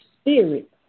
spirit